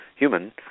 human